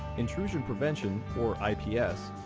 intrusion prevention, or ips,